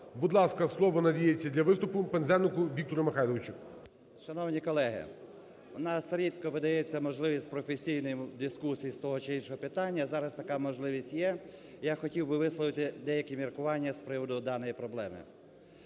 Будь ласка, слово надається для виступу Пинзенику Віктору Михайловичу. 13:41:24 ПИНЗЕНИК В.М. Шановні колеги! У нас рідко видається можливість професійних дискусій з того, чи іншого питання, а зараз така можливість є і я хотів би висловити деякі міркування з приводу даної проблеми.